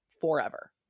forever